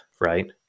right